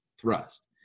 thrust